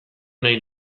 nahi